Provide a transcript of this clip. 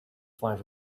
five